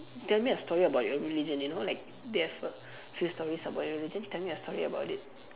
tell me a story about your religion you know like they have a few stories about your religion tell me a story about it